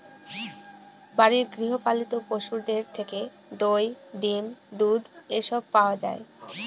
বাড়ির গৃহ পালিত পশুদের থেকে দই, ডিম, দুধ এসব পাওয়া যায়